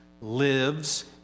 lives